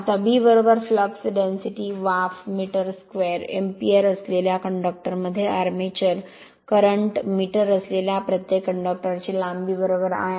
आता B flux density वाफ मीटर2 एम्पीयर असलेल्या कंडक्टर मध्ये इरमॅचर करंट मीटर असलेल्या प्रत्येक कंडक्टर ची लांबी l